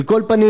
על כל פנים,